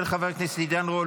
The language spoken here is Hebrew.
של חבר הכנסת עידן רול.